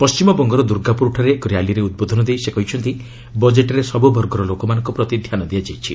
ପଣ୍ଟିମବଙ୍ଗର ଦୁର୍ଗାପୁରଠାରେ ଏକ ର୍ୟାଲିରେ ଉଦ୍ବୋଧନ ଦେଇ ସେ କହିଛନ୍ତି ବଜେଟ୍ରେ ସବୁ ବର୍ଗର ଲୋକମାନଙ୍କ ପ୍ରତି ଧ୍ୟାନ ଦିଆଯାଇଛି